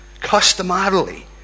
customarily